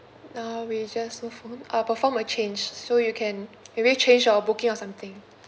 now we just move on I'll perform a change so you can maybe change your booking or something